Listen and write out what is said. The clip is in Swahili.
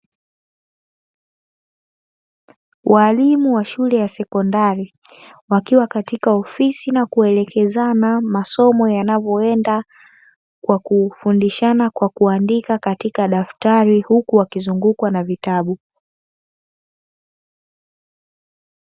Walimu wa shule ya sekondari wakiwa katika ofisi na kuelekezana masomo yanavyoenda kwa kufundishana kwa kuandika katika daftari, huku wakizungukwa na vitabu.